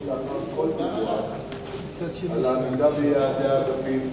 לאחר כל דיווח בתחילת כל שנה על העמידה ביעדי האגפים,